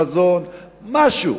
חזון, משהו.